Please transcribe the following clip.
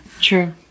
true